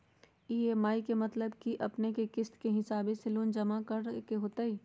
EMI के मतलब है कि अपने के किस्त के हिसाब से लोन जमा करे के होतेई?